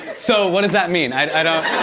so, what does that mean? i don't